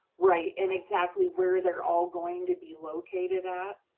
right, and exactly where they're all going to be located at.